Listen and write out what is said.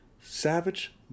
Savage